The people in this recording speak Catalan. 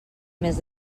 més